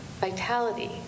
vitality